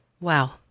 Wow